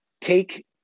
take